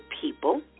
people